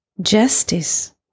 justice